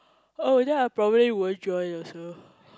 oh then I'll probably won't join also